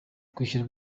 wishyuye